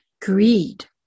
greed